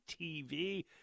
TV